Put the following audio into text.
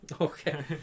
okay